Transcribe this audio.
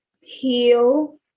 heal